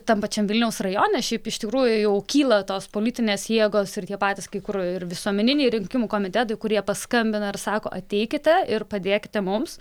tam pačiam vilniaus rajone šiaip iš tikrųjų jau kyla tos politinės jėgos ir tie patys kai kur ir visuomeniniai rinkimų komitetai kurie paskambina ir sako ateikite ir padėkite mums